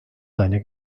seine